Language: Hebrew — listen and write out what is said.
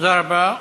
תודה רבה.